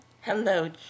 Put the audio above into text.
Hello